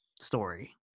story